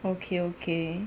okay okay